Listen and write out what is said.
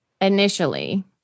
Initially